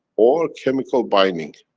or chemical binding.